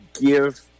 give